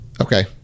Okay